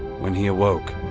when he awoke,